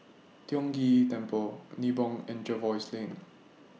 Tiong Ghee Temple Nibong and Jervois Lane